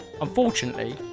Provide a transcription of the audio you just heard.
unfortunately